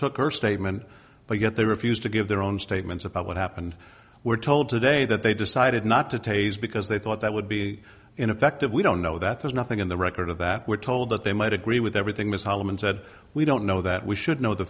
took her statement but yet they refused to give their own statements about what happened we're told today that they decided not to tase because they thought that would be ineffective we don't know that there's nothing in the record of that we're told that they might agree with everything miss hallam and said we don't know that we should know the